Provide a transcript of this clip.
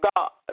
God